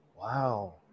Wow